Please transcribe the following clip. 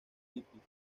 hippies